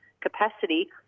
capacity